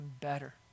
better